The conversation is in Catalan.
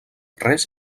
res